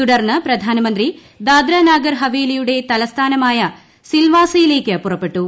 തുടർന്ന് പ്രധാനമന്ത്രി ദാദ്ര നാഗർ ഹവേലിയുടെ തലസ്ഥാനമായ സിൽവാസയിലേക്ക് പുറപ്പെട്ടു